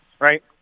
right